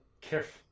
careful